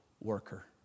worker